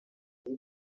ali